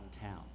town